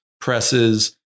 presses